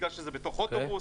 בגלל שזה בתוך אוטובוס,